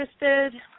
interested